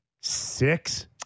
six